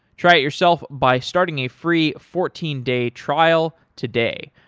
try it yourself by starting a free fourteen day trial today.